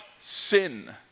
sin